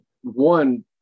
one